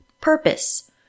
Purpose